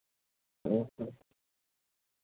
ᱦᱮᱸ ᱦᱮᱸ